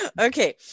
Okay